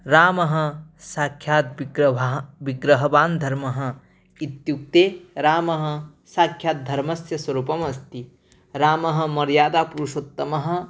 रामः साक्षात् विग्रहः विग्रहवान् धर्मः इत्युक्ते रामः साक्षात् धर्मस्य स्वरूपमस्ति रामः मर्यादापुरुषोत्तमः